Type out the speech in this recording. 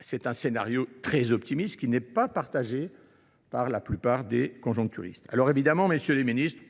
ce scénario très optimiste n’est pas partagé par la plupart des conjoncturistes. Certes, messieurs les ministres,